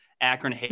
Akron